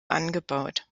angebaut